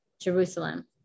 Jerusalem